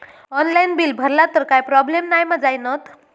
Online bill भरला तर काय प्रोब्लेम नाय मा जाईनत?